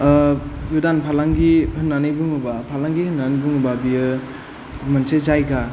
गोदान फालांगि होननानै बुङोबा फालांगि होननानै बुङोबा बेयो मोनसे जायगा